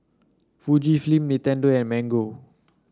Fujifilm Nintendo and Mango